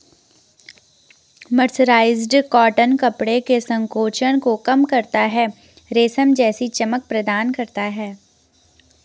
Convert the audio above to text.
mercerised cotton कपड़े के संकोचन को कम करता है, रेशम जैसी चमक प्रदान करता है